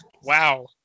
Wow